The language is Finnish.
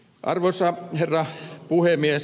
arvoisa herra puhemies